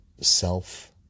self